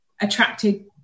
attracted